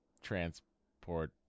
transport